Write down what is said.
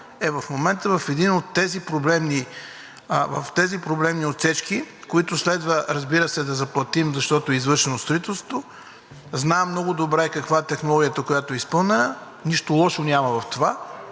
ремонтът е в една от тези проблемни отсечки, които следва, разбира се, да заплатим, защото е извършено строителството. Знам много добре каква е технологията, която е изпълнена – нищо лошо няма в това,